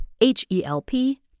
H-E-L-P